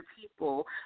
people